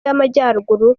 y’amajyaruguru